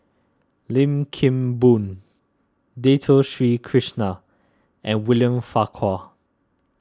Lim Kim Boon Dato Sri Krishna and William Farquhar